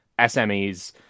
SMEs